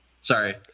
Sorry